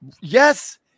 Yes